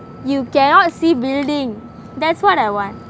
you cannot see building that's what I want